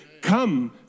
come